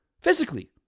physically